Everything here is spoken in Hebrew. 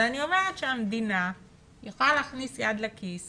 אבל אני אומרת שהמדינה יכולה להכניס יד לכיס